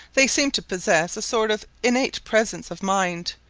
they seem to possess a sort of innate presence of mind,